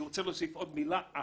אני רוצה להוסיף עוד מילה אחת.